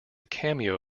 cameo